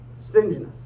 Stinginess